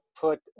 put